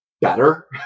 better